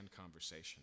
conversation